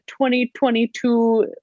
2022